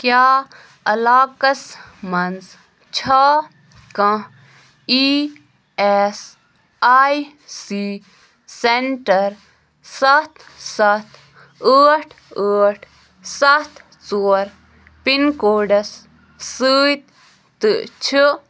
کیٛاہ علاقس منٛز چھا کانٛہہ اِی اٮ۪س آئی سی سینٹر سَتھ سَتھ ٲٹھ ٲٹھ سَتھ ژور پِن کوڈس سۭتۍ تہٕ چھِ